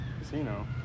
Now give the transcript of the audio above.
Casino